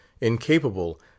incapable